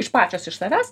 iš pačios iš savęs